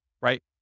right